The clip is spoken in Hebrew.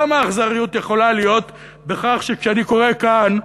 כמה אכזריות יכולה להיות בכך שכשאני קורא כאן,